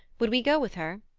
would we go with her?